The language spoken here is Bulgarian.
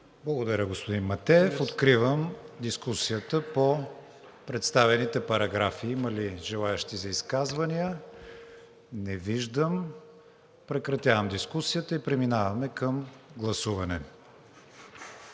Благодаря, господин Матеев. Откривам дискусията по представените параграфи. Има ли желаещи за изказване? Не виждам. Прекратявам дискусията и преминаваме към гласуване.